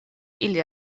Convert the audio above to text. ili